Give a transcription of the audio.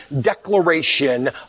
declaration